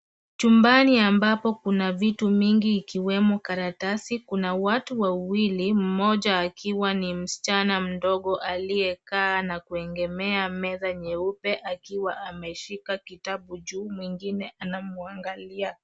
Chumbani ambapo kuna vitu mingi ikiwemo karatasi. Kuna watu wawili, mmoja akiwa ni msichana mdogo aliyekaa na kuegemea meza nyeupe akiwa ameshika kitabu juu, mwingine anamwangalia.